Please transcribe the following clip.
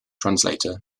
translator